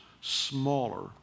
smaller